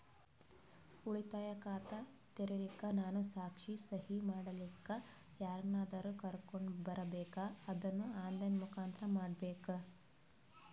ಉಳಿತಾಯ ಖಾತ ತೆರಿಲಿಕ್ಕಾ ನಾನು ಸಾಕ್ಷಿ, ಸಹಿ ಮಾಡಲಿಕ್ಕ ಯಾರನ್ನಾದರೂ ಕರೋಕೊಂಡ್ ಬರಬೇಕಾ ಅದನ್ನು ಆನ್ ಲೈನ್ ಮುಖಾಂತ್ರ ಮಾಡಬೇಕ್ರಾ?